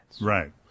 Right